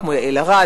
כמו יעל ארד,